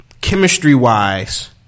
chemistry-wise